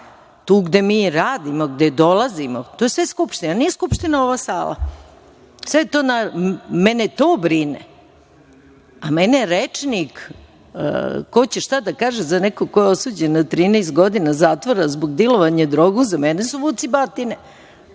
tu gde mi radimo, gde dolazimo. Sve je to Skupština. Nije Skupština samo ova sala. Mene to brine. A mene rečnik ko će šta da kaže za nekog ko je osuđen na 13 godina zatvora zbog dilovanja droge, za mene su vucibatine.